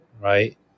right